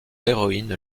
héroïne